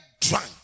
drunk